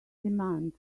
demand